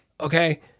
Okay